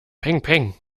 pengpeng